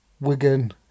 Wigan